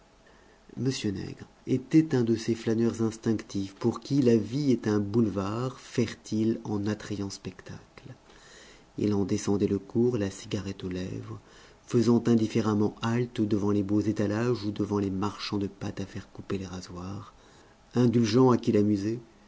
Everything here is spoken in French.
m nègre était un de ces flâneurs instinctifs pour qui la vie est un boulevard fertile en attrayants spectacles il en descendait le cours la cigarette aux lèvres faisant indifféremment halte devant les beaux étalages ou devant les marchands de pâte à faire couper les rasoirs indulgent à qui